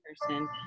person